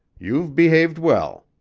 you've behaved well.